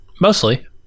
mostly